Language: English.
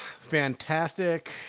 fantastic